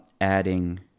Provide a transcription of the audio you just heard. Adding